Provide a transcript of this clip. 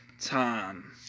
time